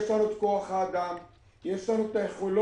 יש לנו את כוח האדם ויש לנו את היכולות